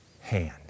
hand